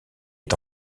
est